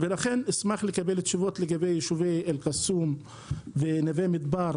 לכן אשמח לקבל תשובות לגבי יישובי אל-קסום ונווה מדבר,